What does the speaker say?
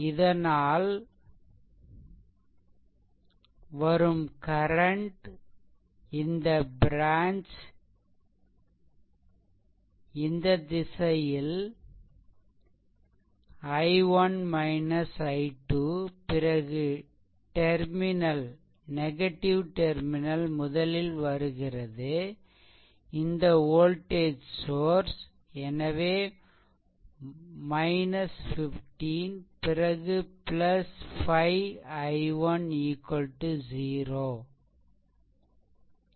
இதன் விளைவாக வரும் கரண்ட்இந்த ப்ரான்ச் ல் இந்த திசையில்i1 i2 பிறகு - டெர்மினல்முதலில் இந்த வோல்டேஜ் சோர்ஸ் எனவே 15 பிறகு 5 i1 0